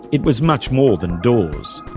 it was much more than doors.